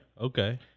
okay